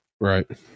Right